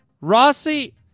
Rossi